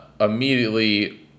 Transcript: immediately